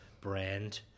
brand